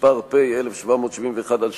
פ/1771/18,